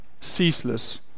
ceaseless